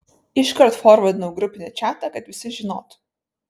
iškart forvardinau į grupinį čatą kad visi žinotų